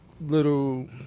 little